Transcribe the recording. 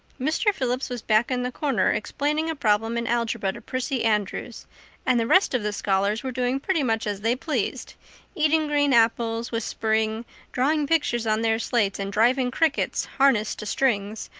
mr. phillips was back in the corner explaining a problem in algebra to prissy andrews and the rest of the scholars were doing pretty much as they pleased eating green apples, whispering, drawing pictures on their slates, and driving crickets harnessed to strings,